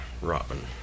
Robin